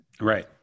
Right